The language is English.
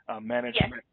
management